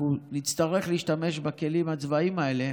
אנחנו נצטרך להשתמש בכלים הצבאיים האלה,